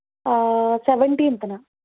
సెవెంటీన్త్న